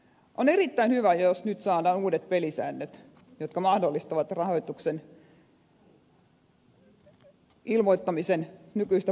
on erittäin hyvä jos nyt saadaan uudet pelisäännöt jotka mahdollistavat rahoituksen ilmoittamisen nykyistä paremmin